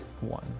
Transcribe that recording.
one